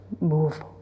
move